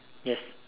yes